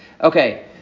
Okay